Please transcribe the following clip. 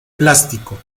plástico